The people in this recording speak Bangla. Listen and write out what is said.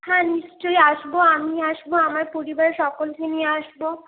হ্যাঁ নিশ্চই আসব আমি আসব আমার পরিবারের সকলকে নিয়ে আসব